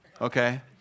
okay